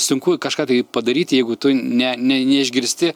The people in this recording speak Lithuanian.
sunku kažką tai padaryti jeigu tu ne ne neišgirsti